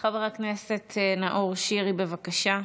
חבר הכנסת נאור שירי, בבקשה.